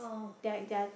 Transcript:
their their